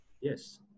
Yes